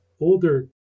older